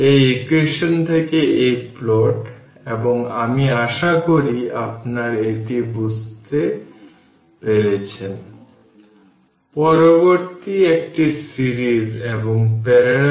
এখন যদি ক্যাপাসিটরগুলি প্যারালাল ভাবে সংযুক্ত থাকে তবে এটি সিরিজে রেজিস্টর গণনা করার সময় একই পদ্ধতির মতো হবে